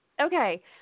okay